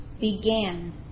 began